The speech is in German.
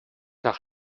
nach